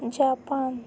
Japan